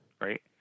right